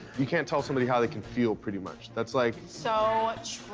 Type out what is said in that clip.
you can't tell somebody how they can feel, pretty much. that's like so